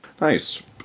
Nice